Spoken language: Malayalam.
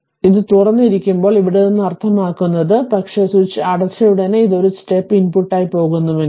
ഞാൻ തുറന്നിരിക്കുമ്പോൾ ഇവിടെ നിന്ന് അർത്ഥമാക്കുന്നത് ശരിയാണ് പക്ഷേ സ്വിച്ച് അടച്ചയുടനെ അത് ഒരു സ്റ്റെപ്പ് ഇൻപുട്ടായി പോകുന്നുവെങ്കിൽ